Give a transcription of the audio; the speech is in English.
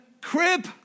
crib